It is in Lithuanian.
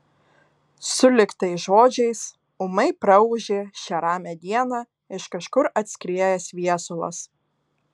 sulig tais žodžiais ūmai praūžė šią ramią dieną iš kažkur atskriejęs viesulas